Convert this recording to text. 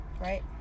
Right